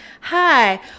hi